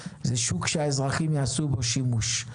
זה שוק שהאזרחים יעשו בו שימוש.